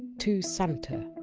to santa.